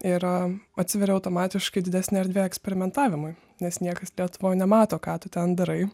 yra atsiveria automatiškai didesnė erdvė eksperimentavimui nes niekas lietuvoj nemato ką tu ten darai